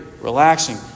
relaxing